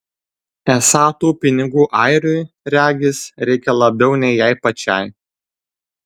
esą tų pinigų airiui regis reikia labiau nei jai pačiai